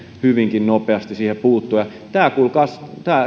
hyvinkin nopeasti siihen puuttuu tämä kuulkaas